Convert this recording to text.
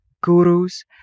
gurus